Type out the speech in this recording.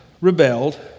rebelled